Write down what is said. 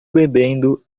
bebendo